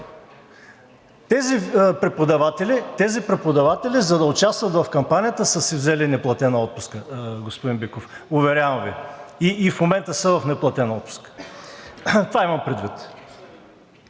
Тези преподаватели, за да участват в кампанията, са си взели неплатена отпуска, господин Биков, уверявам Ви – и в момента, са в неплатен отпуск. Това имам предвид.